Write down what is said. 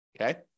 okay